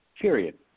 period